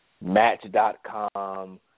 Match.com